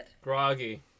Groggy